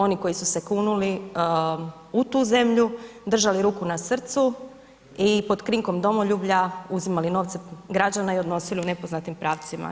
Oni koji su se kunuli u tu zemlju, držali ruku na srcu i pod krinkom domoljublja uzimali novce građana i odnosili u nepoznatim pravcima.